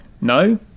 No